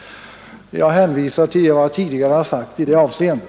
Jag hänvisar till vad jag tidigare sagt i det avseendet.